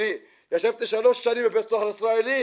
אני ישבתי שלוש שנים בבית סוהר ישראלי